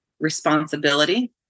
responsibility